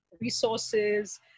resources